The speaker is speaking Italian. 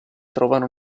trovano